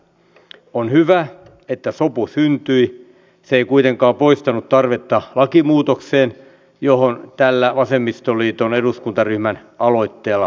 on hyvä että sopu syntyi mutta se ei kuitenkaan poistanut tarvetta lakimuutokseen johon tällä vasemmistoliiton eduskuntaryhmän aloitteella tähdätään